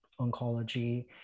oncology